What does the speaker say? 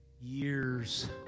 years